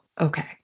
Okay